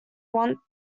want